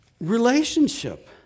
relationship